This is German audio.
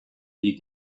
die